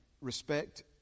respect